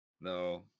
no